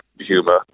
humor